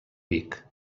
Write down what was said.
vic